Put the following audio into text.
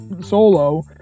solo